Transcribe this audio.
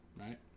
Right